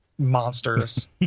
monsters